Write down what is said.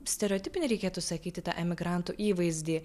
stereotipinį reikėtų sakyti tą emigrantų įvaizdį